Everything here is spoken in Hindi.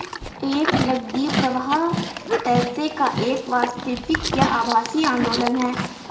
एक नकदी प्रवाह पैसे का एक वास्तविक या आभासी आंदोलन है